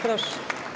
Proszę.